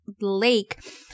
lake